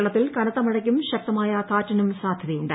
കേരളത്തിൽ കനത്ത മഴയ്ക്കും ശക്തമായ കാറ്റിനും സാധ്യതയുണ്ട്